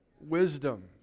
Wisdom